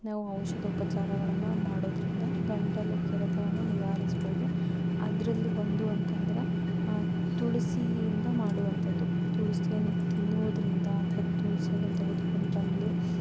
ನಾವು ಔಷಧೋಪಚಾರಗಳನ್ನು ಮಾಡೋದರಿಂದ ಗಂಟಲು ಕೆರೆತವನ್ನು ನಿವಾರಿಸ್ಬೋದು ಅದರಲ್ಲಿ ಒಂದು ಅಂತಂದರೆ ತುಳಸಿಯಿಂದ ಮಾಡುವಂಥದ್ದು ತುಳಸಿಯನ್ನು ತಿನ್ನುವುದರಿಂದ ಅಥವಾ ತುಳಸಿಯನ್ನು ತೆಗೆದ್ಕೊಂಡು ಬಂದು